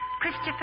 Christopher